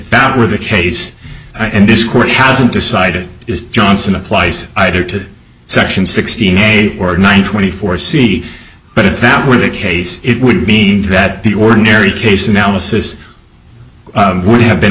about where the case and this court hasn't decided is johnson applies either to section sixty eight or nine twenty four c but if that were the case it would mean that people ordinary case analysis would have been